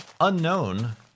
Unknown